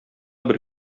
бер